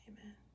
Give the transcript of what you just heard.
Amen